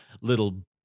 little